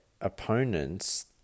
opponents